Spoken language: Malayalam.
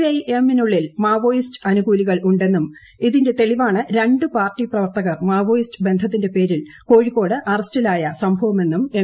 ഐ എം നുള്ളിൽ മാവോയിസ്റ്റ് അനുകൂലികൾ ഉണ്ടെന്നും ഇതിന്റെ തെളിവാണ് രണ്ടു പാർട്ടി പ്രവർത്തകർ മാവോയിസ്റ്റ് ബന്ധത്തിന്റെ പേരിൽ കോഴിക്കോട് അറസ്റ്റിലായ സംഭവമെന്നും എം